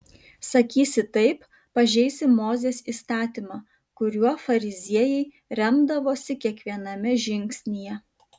sakysi taip pažeisi mozės įstatymą kuriuo fariziejai remdavosi kiekviename žingsnyje